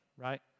Right